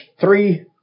three